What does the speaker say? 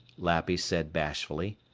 lappy said bashfully,